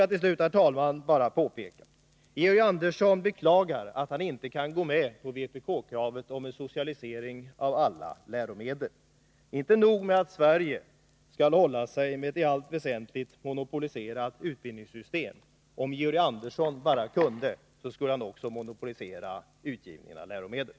Georg Andersson beklagar att han inte kan gå med på vpk-kravet om en socialisering av alla läromedel. Inte nog med att Sverige skall hålla sig med ett i allt väsentligt monopoliserat utbildningssystem — om Georg Andersson bara kunde skulle han också monopolisera utgivningen av läromedel.